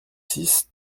six